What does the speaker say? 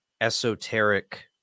esoteric